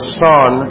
son